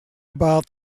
about